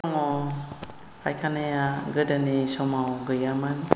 फाइखानाया गोदोनि समाव गैयामोन